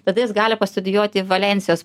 tada jis gali pastudijuoti valensijos